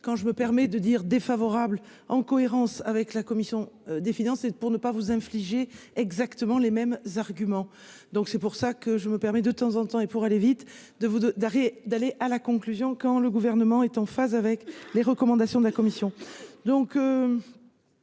quand je me permets de dire défavorable en cohérence avec la commission des finances, et pour ne pas vous infliger exactement les mêmes arguments, donc c'est pour ça que je me permets de temps en temps et pour aller vite, de vous de d'arrêt et d'aller à la conclusion, quand le gouvernement est en phase avec les recommandations de la commission